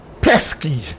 pesky